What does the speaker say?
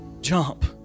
jump